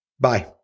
Bye